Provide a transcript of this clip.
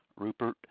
Rupert